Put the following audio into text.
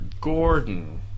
Gordon